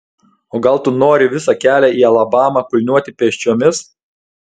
o gal tu nori visą kelią į alabamą kulniuoti pėsčiomis